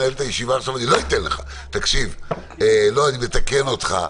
אני מתקן אותך.